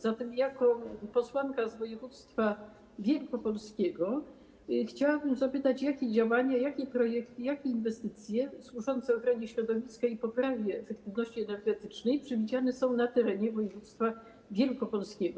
Zatem jako posłanka z województwa wielkopolskiego chciałabym zapytać, jakie działania, jakie projekty, jakie inwestycje służące ochronie środowiska i poprawie efektywności energetycznej przewidziane są na terenie województwa wielkopolskiego.